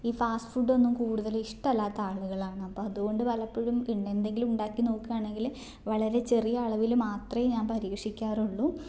ഈ ഫാസ്റ്റ് ഫുഡൊന്നും കൂടുതൽ ഇഷ്ടമല്ലാത്ത ആളുകളാണ് അപ്പം അതുകൊണ്ട് പലപ്പോഴും പിൻ എന്തെങ്കിലും ഉണ്ടാക്കി നോക്കുകയാണെങ്കിൽ വളരെ ചെറിയ അളവിൽ മാത്രമേ ഞാൻ പരീക്ഷിക്കാറുള്ളു